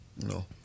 No